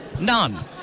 None